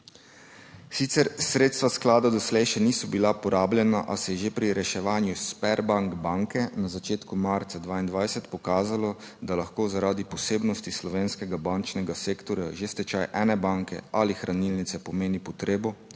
Sicer sredstva sklada doslej še niso bila porabljena, a se je že pri reševanju Sberbank banke na začetku marca 2022 pokazalo, da lahko zaradi posebnosti slovenskega bančnega sektorja že stečaj ene banke ali hranilnice pomeni potrebo